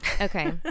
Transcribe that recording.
Okay